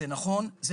זה נכון.